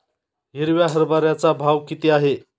हिरव्या हरभऱ्याचा भाव किती आहे?